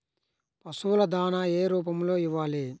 పశువుల దాణా ఏ రూపంలో ఇవ్వాలి?